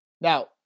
Now